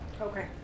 Okay